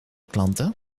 klanten